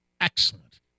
excellent